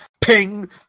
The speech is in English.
Ping